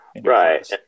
Right